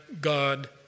God